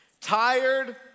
Tired